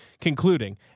concluding